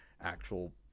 actual